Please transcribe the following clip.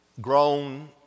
grown